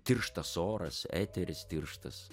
tirštas oras eteris tirštas